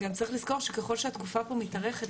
גם צריך לזכור שככל שהתקופה פה מתארכת,